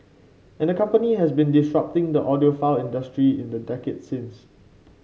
and the company has been disrupting the audiophile industry in the decades since